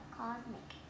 cosmic